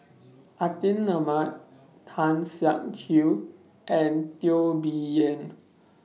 Atin Amat Tan Siak Kew and Teo Bee Yen